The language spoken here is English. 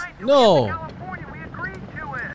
No